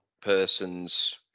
person's